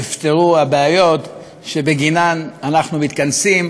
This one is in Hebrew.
נפתרו הבעיות שבגינן אנחנו מתכנסים,